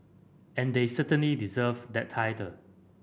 and they certainly deserve that title